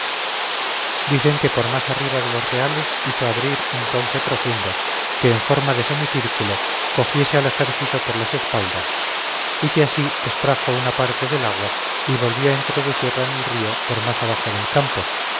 dicen que por más arriba de los reales hizo abrir un cauce profundo que en forma de semicírculo cogiese al ejército por las espaldas y que así extrajo una parte del agua y volvió a introducirla en el río por más abajo del campo